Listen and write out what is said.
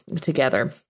together